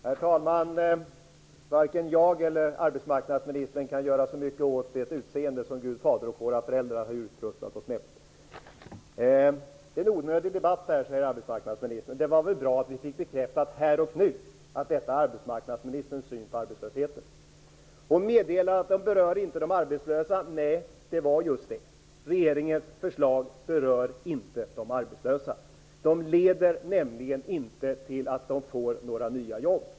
Herr talman! Varken jag eller arbetsmarknadsministern kan göra så mycket åt det utseende som Gud fader och våra föräldrar har utrustat oss med. Arbetsmarknadsministern säger att det här är en onödig debatt. Det var väl bra att vi här och nu fick bekräftat att detta är arbetsmarknadsministerns syn på arbetslösheten. Hon meddelar att den inte berör de arbetslösa. Nej, det var just det: Regeringens förslag berör inte de arbetslösa. De leder nämligen inte till att de får några nya jobb.